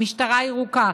המשטרה הירוקה,